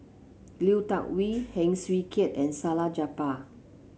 Lui Tuck Yew Heng Swee Keat and Salleh Japar